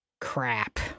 Crap